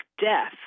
death